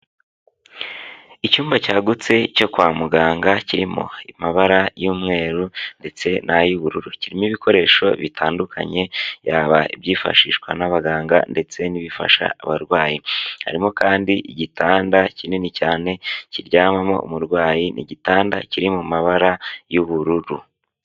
Icyumba cyagutse cyo kwa muganga kirimo amabara y'umweru ndetse n'ay'ubururu, kirimo ibikoresho bitandukanye yaba ibyifashishwa n'abaganga ndetse n'ibifasha abarwayi harimo kandi igitanda kinini cyane kiryamamo umurwayi n'igitanda kiri mu mabara y'ubururu.